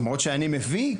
למרות שאני מביא,